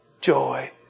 joy